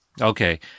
Okay